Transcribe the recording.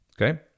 Okay